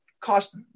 cost